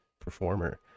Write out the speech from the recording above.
performer